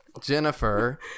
Jennifer